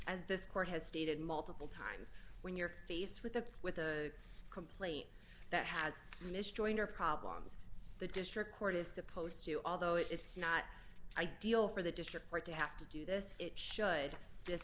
as this court has stated multiple times when you're faced with the with the complaint that has been issued join your problems the district court is supposed to although it's not ideal for the district court to have to do this it should just